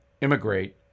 immigrate